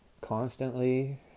constantly